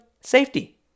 Safety